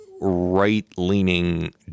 right-leaning